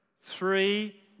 three